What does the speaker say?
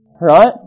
Right